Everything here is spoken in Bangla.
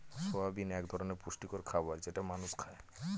সয়াবিন এক ধরনের পুষ্টিকর খাবার যেটা মানুষ খায়